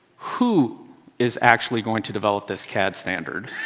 who is actually going to develop this cad standard.